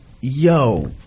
yo